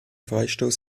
freistoß